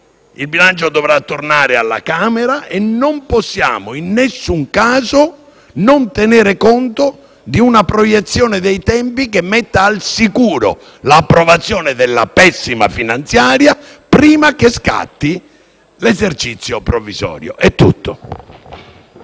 di bilancio dovrà tornare alla Camera e non possiamo, in nessun caso, non tenere conto di una proiezione dei tempi che metta al sicuro l'approvazione della pessima finanziaria prima che scatti l'esercizio provvisorio.